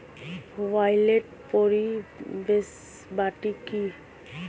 ই wallet পরিষেবাটি কি?